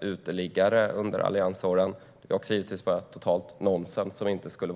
uteliggare under alliansåren som inte skulle ha varit i någon form av trygghetssystem.